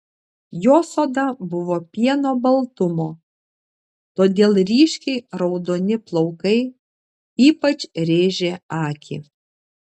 jos oda buvo pieno baltumo todėl ryškiai raudoni plaukai ypač rėžė akį